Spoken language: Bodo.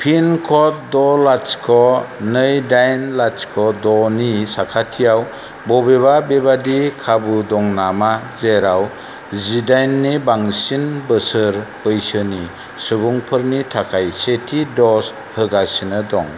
पिन क'ड द' लाथिख' नै दाइन लाथिख' द' नि साखाथियाव बबेबा बेबादि खाबु दं नामा जेराव जिदाइननि बांसिन बोसोर बैसोनि सुबुंफोरनि थाखाय सेथि द'ज होगासिनो दं